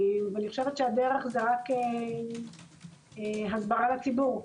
הדרך זה רק הסברה לציבור,